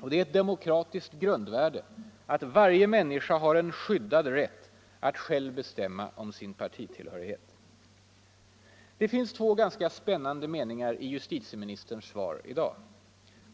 Och det är ett demokratiskt grundvärde att varje människa bör ha rätt att själv bestämma om sin partitillhörighet. Det finns två ganska spännande meningar i justitieministerns svar i dag.